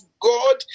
God